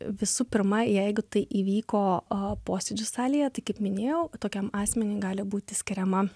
visų pirma jeigu tai įvyko posėdžių salėje tai kaip minėjau tokiam asmeniui gali būti skiriama